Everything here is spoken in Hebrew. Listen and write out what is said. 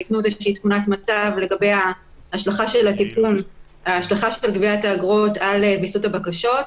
שהיא תמונת מצב לגבי ההשלכה של גביית האגרות על ויסות הבקשות.